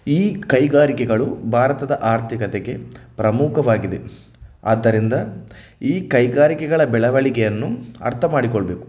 ಈ ಕೈಗಾರಿಕೆಗಳು ಭಾರತದ ಆರ್ಥಿಕತೆಗೆ ಪ್ರಮುಖವಾಗಿದೆ ಆದ್ದರಿಂದ ಈ ಕೈಗಾರಿಕೆಗಳ ಬೆಳವಣಿಗೆಯನ್ನು ಅರ್ಥ ಮಾಡಿಕೊಳ್ಳಬೇಕು